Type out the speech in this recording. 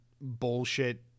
bullshit